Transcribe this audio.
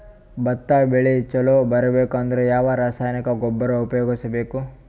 ಭತ್ತ ಬೆಳಿ ಚಲೋ ಬರಬೇಕು ಅಂದ್ರ ಯಾವ ರಾಸಾಯನಿಕ ಗೊಬ್ಬರ ಉಪಯೋಗಿಸ ಬೇಕು?